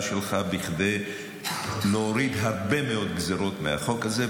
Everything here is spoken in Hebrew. שלך כדי להוריד הרבה מאוד גזרות מהחוק הזה,